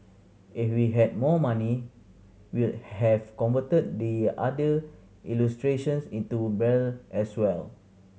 if we had more money we'll have converted the other illustrations into Braille as well